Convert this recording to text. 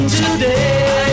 today